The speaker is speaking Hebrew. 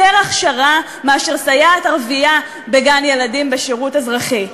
הכשרה מסייעת ערבייה בגן-ילדים בשירות אזרחי.